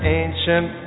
ancient